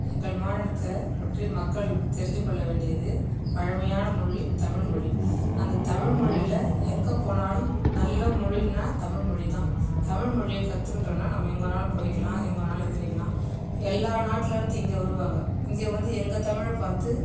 எங்கள் மாநிலத்தை பற்றி மக்கள் தெரிந்துக்கொள்ள வேண்டியது பழமையான மொழி தமிழ்மொழி அந்த தமிழ்மொழியில எங்கே போனாலும் நல்ல மொழின்னால் தமிழ்மொழிதான் தமிழ்மொழியை கத்துக்கிட்டோம்னா நம்ம எங்கே வேணாலும் போயிக்கலாம் எங்கே வேணாலும் இது பண்ணிக்கலாம் எல்லா நாட்டில இருந்து இங்கே வருவாங்கள் இங்கே வந்து எங்கள் தமிழை பார்த்து